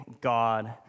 God